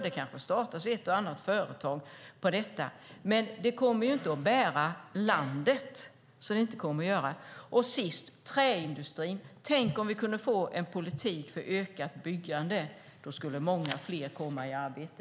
Det kanske startas ett och annat företag av detta. Men det kommer inte att bära landet. Jag kommer till sist till träindustrin. Tänk om vi kunde få en politik för ökat byggande. Då skulle många fler komma i arbete.